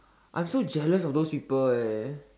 I'm so jealous of those people eh